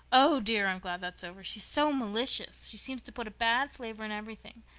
oh, dear, i'm glad that's over. she's so malicious she seems to put a bad flavor in everything.